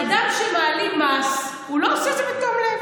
אדם שמעלים מס, הוא לא עושה את זה בתום לב.